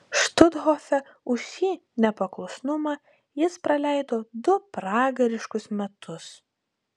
štuthofe už šį nepaklusnumą jis praleido du pragariškus metus